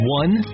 one